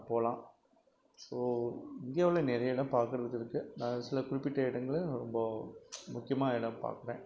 போகலாம் ஸோ இந்தியாவில் நிறைய இடம் பார்க்கறதுக்கு இருக்குது நான் அதில் சில குறிப்பிட்ட இடங்களை நம்ம முக்கியமாக எல்லாம் பார்ப்பேன்